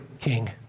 king